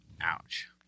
Ouch